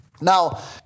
Now